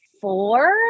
four